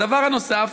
הדבר הנוסף,